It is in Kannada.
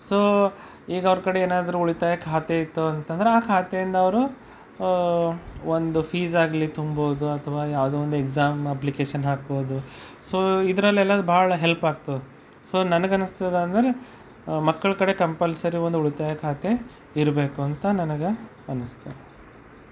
ಸೊ ಈಗ ಅವರ ಕಡೆ ಏನಾದರೂ ಉಳಿತಾಯ ಖಾತೆಯಿತ್ತು ಅಂತಂದ್ರೆ ಆ ಖಾತೆಯಿಂದ ಅವರು ಒಂದು ಫೀಸ್ ಆಗಲಿ ತುಂಬೋದು ಅಥವಾ ಯಾವುದೋ ಒಂದು ಎಕ್ಸಾಮ್ ಅಪ್ಲಿಕೇಶನ್ ಹಾಕ್ಬೋದು ಸೊ ಇದರಲ್ಲೆಲ್ಲ ಭಾಳ ಹೆಲ್ಪ್ ಆಗ್ತದೆ ಸೊ ನನಗೆ ಅನ್ಸ್ತದೆ ಅಂದರೆ ಮಕ್ಕಳ ಕಡೆ ಕಂಪಲ್ಸರಿ ಒಂದು ಉಳಿತಾಯ ಖಾತೆ ಇರಬೇಕು ಅಂತ ನನಗೆ ಅನಿಸ್ತದೆ